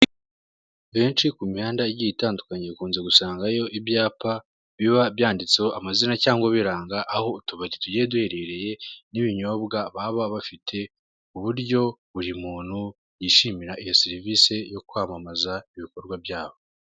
Henshi ku mihanda igiye itandukanye ukunze gusangayo ibyapa biba byanditseho amazina cyangwa biranga aho utubari tugiye duherereye, n'ibinyobwa baba bafite, ku buryo buri muntu yishimira iyo serivise yo kwamamaza ibikorwa byabo.